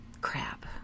crap